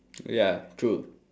ya true